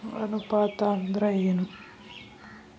ಅನುಪಾತ ಅಂದ್ರ ಏನ್?